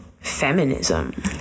Feminism